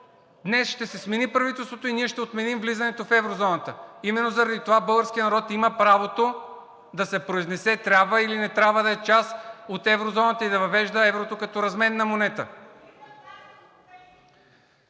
днес ще се смени правителството и ние ще отменим влизането в еврозоната. Именно заради това българският народ има правото да се произнесе – трябва или не трябва да е част от еврозоната и да въвежда еврото като разменна монета!